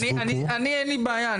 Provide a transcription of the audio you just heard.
אני אין לי בעיה.